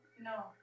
no